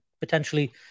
potentially